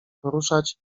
poruszać